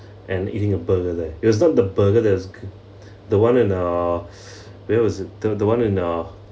and eating a burger there it was not the burger that was g~ the [one] in our where was it the the [one] in our